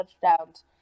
touchdowns